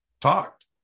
talked